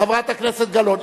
חברת הכנסת גלאון,